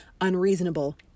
unreasonable